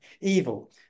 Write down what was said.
evil